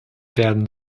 werden